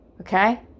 okay